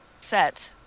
set